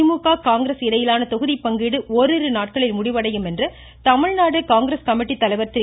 திமுக காங்கிரஸ் இடையிலான தொகுதிப்பங்கீடு ஒரிரு நாளில் முடிவடையும் என்று தமிழ்நாடு காங்கிரஸ் கமிட்டி தலைவா் திரு